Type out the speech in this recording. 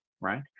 Right